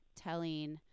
telling